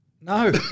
No